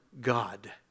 God